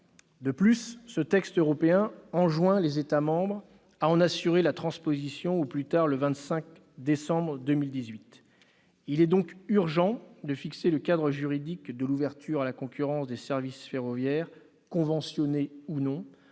De plus, ce texte européen enjoint les États membres à en assurer la transposition au plus tard le 25 décembre 2018. Il est donc urgent de fixer le cadre juridique de l'ouverture à la concurrence des services ferroviaires, conventionnés ou non,